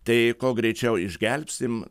tai kuo greičiau išgelbsim